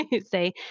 Say